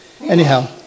Anyhow